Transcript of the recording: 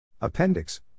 Appendix